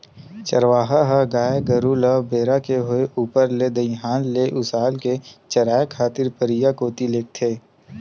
चरवाहा ह गाय गरु ल बेरा के होय ऊपर ले दईहान ले उसाल के चराए खातिर परिया कोती लेगथे